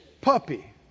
puppy